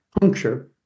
puncture